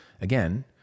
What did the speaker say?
again